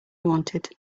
wanted